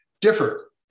differ